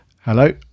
Hello